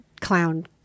clown